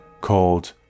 called